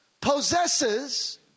possesses